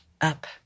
up